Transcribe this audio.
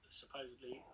supposedly